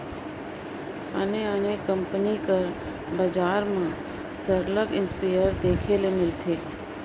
आने आने कंपनी कर बजार में सरलग इस्पेयर देखे ले मिलथे